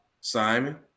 Simon